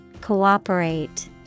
Cooperate